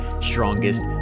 strongest